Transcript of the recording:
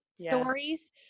stories